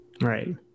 Right